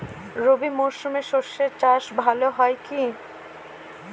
রবি মরশুমে সর্ষে চাস ভালো হয় কি?